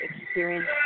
experience